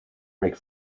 brake